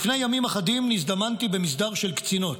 לפני ימים אחדים נזדמנתי במסדר של קצינות,